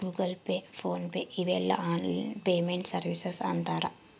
Google pay PhonePe ಇವೆಲ್ಲ online payment services ಅಂತರ್